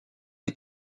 est